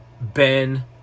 Ben